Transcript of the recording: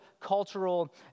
cultural